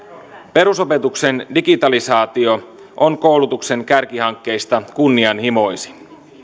perusopetuksen digitalisaatio on koulutuksen kärkihankkeista kunnianhimoisin